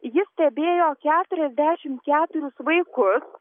ji stebėjo keturiasdešim keturis vaikus